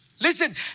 Listen